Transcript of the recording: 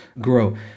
grow